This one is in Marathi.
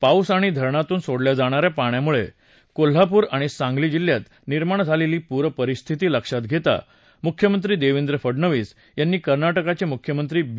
पाऊस आणि धरणातून सोडल्या जाणाऱ्या पाण्यामुळे कोल्हापूर आणि सांगली जिल्ह्यात निर्माण झालेली पूर परिस्थिती लक्षात घेता मुख्यमंत्री देवेंद्र फडनवीस यांनी कर्नाटकचे मुख्यमंत्री बी